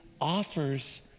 offers